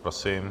Prosím.